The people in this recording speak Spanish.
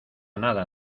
nada